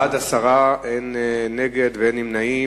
בעד, 10, אין מתנגדים ואין נמנעים.